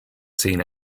seen